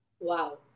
wow